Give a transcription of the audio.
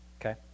Okay